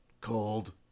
cold